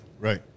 right